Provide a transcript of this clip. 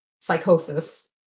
psychosis